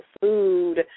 food